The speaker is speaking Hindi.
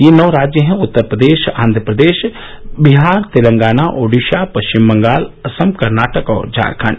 ये नौ राज्य हैं उत्तर प्रदेश आंघ्रप्रदेश बिहार तेलंगाना ओडिशा पश्चिम बंगाल असम कर्नाटक और झारखंड